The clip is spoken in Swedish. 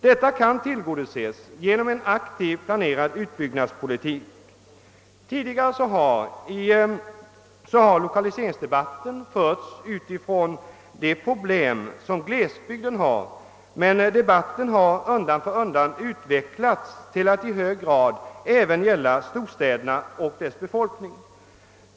Detta kan tillgodoses genom en aktiv, planerad utbyggnadspolitik. Tidigare har lokaliseringsdebatten förts utifrån de problem som glesbygden har, men debatten har undan för undan utvecklats till att i hög grad gälla även storstäderna och deras befolkning.